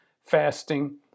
fasting